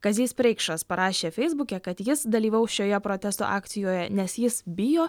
kazys preikšas parašė feisbuke kad jis dalyvaus šioje protesto akcijoje nes jis bijo